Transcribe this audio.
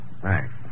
Thanks